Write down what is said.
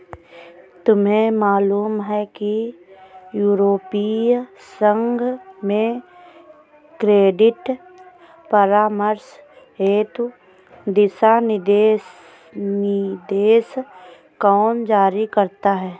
तुम्हें मालूम है कि यूरोपीय संघ में क्रेडिट परामर्श हेतु दिशानिर्देश कौन जारी करता है?